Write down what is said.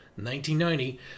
1990